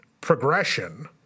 progression